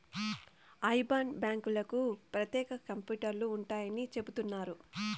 IBAN బ్యాంకులకు ప్రత్యేక కంప్యూటర్లు ఉంటాయని చెబుతున్నారు